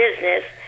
business